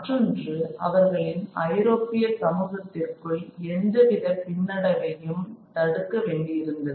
மற்றொன்று அவர்களின் ஐரோப்பிய சமூகத்திற்குள் எந்தவித பின்னடைவையும் தடுக்க வேண்டியிருந்தது